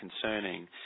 concerning